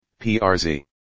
PRZ